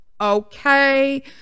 Okay